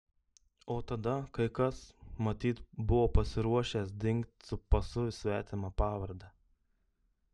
o tada kai kas matyt buvo pasiruošęs dingt su pasu svetima pavarde